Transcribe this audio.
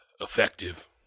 effective